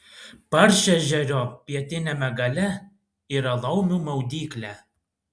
paršežerio pietiniame gale yra laumių maudyklė